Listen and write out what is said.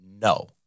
no